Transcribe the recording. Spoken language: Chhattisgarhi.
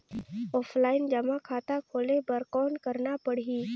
ऑफलाइन जमा खाता खोले बर कौन करना पड़ही?